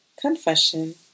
Confession